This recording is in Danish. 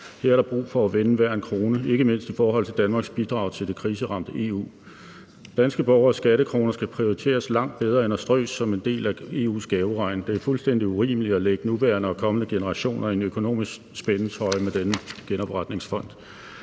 Her er der brug for at vende hver en krone, ikke mindst i forhold til Danmarks bidrag til det kriseramte EU. Danske borgeres skattekroner skal prioriteres langt bedre end at strøs som en del af EU's gaveregn. Det er fuldstændig urimeligt at lægge nuværende og kommende generationer i en økonomisk spændetrøje med denne genopretningsfond.